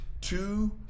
two